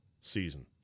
season